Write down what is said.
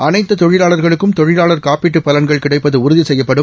அனைத்தொழிலாளர்களுக்கும் தொழிலாளர் காப்பீட்டுபலள்கள் கிடைப்பதஉறுதிசெய்யப்படும்